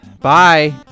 Bye